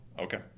Okay